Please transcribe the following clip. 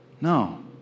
No